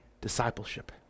discipleship